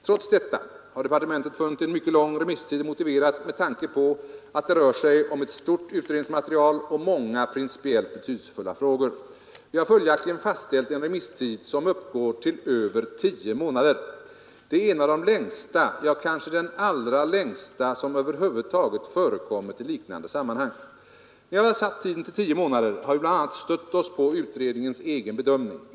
Trots detta har departementet funnit en mycket lång remisstid motiverad med tanke på att det rör sig om ett stort utredningsmaterial och många principiellt betydelsefulla frågor. Vi har följaktligen fastställt en remisstid som uppgår till över tio månader. Det är en av de längsta — ja, kanske den allra längsta — som över huvud taget förekommit i likartade sammanhang. När vi har satt tiden till tio månader har vi bl.a. stött oss på utredningens egen bedömning.